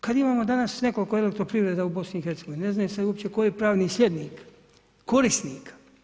Kad imamo danas nekoliko elektroprivreda u BiH-a, ne zna se uopće tko je pravni slijednik korisnika.